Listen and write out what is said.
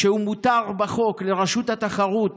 שמותר בחוק לרשות התחרות,